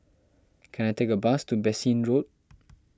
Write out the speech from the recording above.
can I take a bus to Bassein Road